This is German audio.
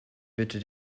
bitte